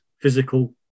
physical